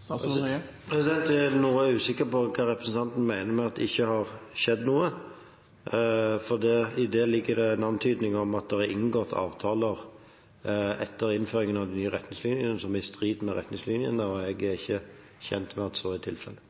sin? Jeg er noe usikker på hva representanten mener med at det ikke har skjedd noe, for i det ligger det en antydning om at det er inngått avtaler etter innføringen av de nye retningslinjene som er i strid med retningslinjene. Jeg er ikke kjent med at så er tilfellet.